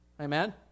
Amen